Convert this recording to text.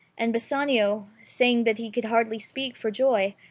and bassanio, saying that he could hardly speak for joy,